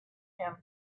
him